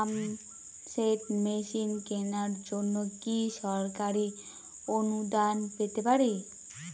Pump set machine কেনার জন্য কি সরকারি অনুদান পেতে পারি?